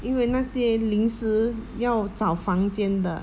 因为那些临时要找房间的